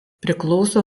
priklauso